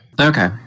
okay